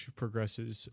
progresses